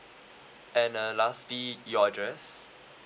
and uh lastly your address